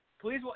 please